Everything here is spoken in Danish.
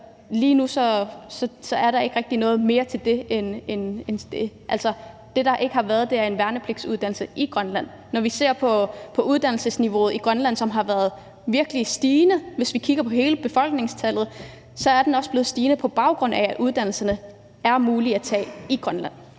Lige nu er der ikke rigtig mere at sige til det. Det, der ikke har været, er en værnepligtsuddannelse i Grønland. Når vi ser på uddannelsesniveauet i Grønland, som virkelig har været stigende, så kan vi i forhold til hele befolkningen se, at det er steget, fordi uddannelserne er mulige at tage i Grønland.